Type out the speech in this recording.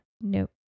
Nope